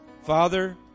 Father